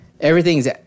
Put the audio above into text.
Everything's